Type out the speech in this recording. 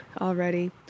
already